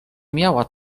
miała